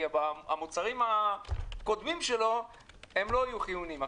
כי המוצרים הקודמים שלו לא היו חיוניים.